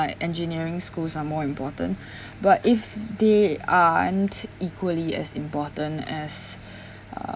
like engineering schools are more important but if they aren't equally as important as